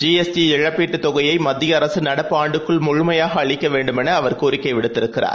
ஜிஎஸ்டிஇழப்பீட்டுதொகையைமத்தியஅரசுநடப்புஆண்டுக்குள்முழுமையாகஅ ளிக்கவேண்டுமெனஅவர்கோரிக்கைவிடுத்திருக்கிறார்